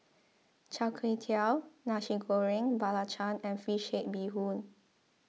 Char Kway Teow Nasi Goreng Belacan and Fish Head Bee Hoon